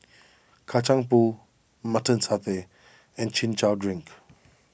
Kacang Pool Mutton Satay and Chin Chow Drink